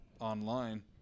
online